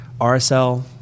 RSL